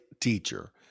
teacher